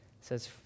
says